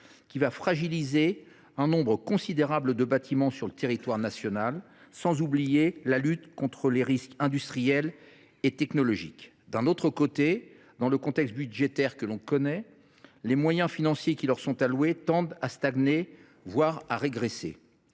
qui va fragiliser un nombre considérable de bâtiments sur le territoire national ; et je n’oublie pas la lutte contre les risques industriels et technologiques. D’un autre côté, dans le contexte budgétaire que l’on connaît, les moyens financiers qui sont alloués aux Sdis tendent à stagner, voire à régresser.